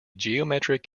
geometric